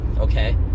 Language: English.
Okay